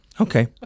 Okay